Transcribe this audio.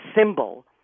symbol